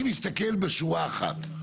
אני מסתכל בשורה אחת.